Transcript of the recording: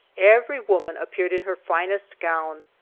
every woman appeared in her finest gown.